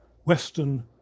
Western